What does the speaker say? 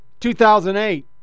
2008